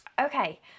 okay